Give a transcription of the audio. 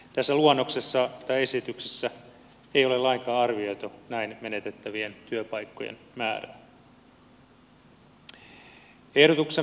tässä esityksessä ei ole lainkaan arvioitu näin menetettävien työpaikkojen määrää